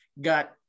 got